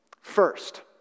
First